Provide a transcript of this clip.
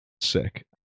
Sick